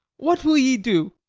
what will ye do?